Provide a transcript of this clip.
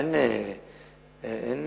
אין